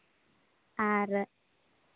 ᱟᱨ